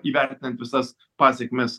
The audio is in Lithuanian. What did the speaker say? įvertinant visas pasekmes